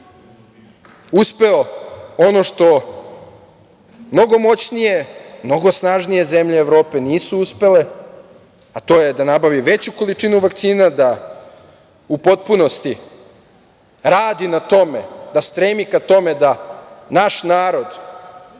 uspeo ono što mnogo moćnije, mnogo snažnije zemlje Evrope nisu uspele, a to je da nabavi veću količinu vakcina, da u potpunosti radi na tome, da stremi ka tome da naš narod